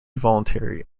voluntary